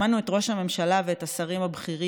שמענו את ראש הממשלה ואת השרים הבכירים,